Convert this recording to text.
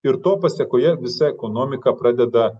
ir to pasekoje visa ekonomika pradeda